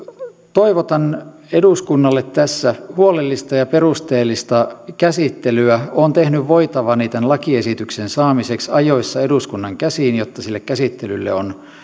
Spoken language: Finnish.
toivotan eduskunnalle tässä huolellista ja perusteellista käsittelyä olen tehnyt voitavani tämän lakiesityksen saamiseksi ajoissa eduskunnan käsiin jotta sille käsittelylle on